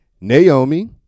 Naomi